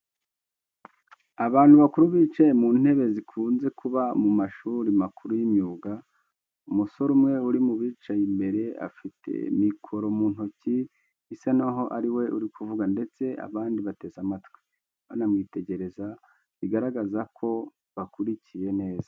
Abantu bakuru bicaye mu ntebe zikunze kuba mu mashuri makuru y'imyuga. Umusore umwe uri mu bicaye imbere afite mikoro mu ntoki bisa n'aho ari we uri kuvuga ndetse abandi bateze amatwi, banamwitegereza bigaragaza ko bakurikiye neza.